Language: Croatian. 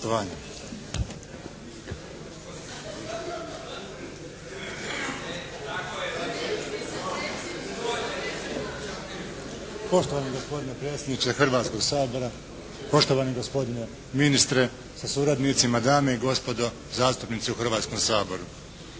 Poštovani gospodine predsjedniče Hrvatskog sabora, poštovani gospodine ministre sa suradnicima, dame i gospodo zastupnici u Hrvatskom saboru!